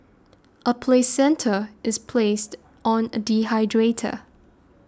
a placenta is placed on a dehydrator